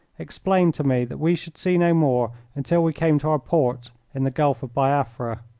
explained to me that we should see no more until we came to our port in the gulf of biafra.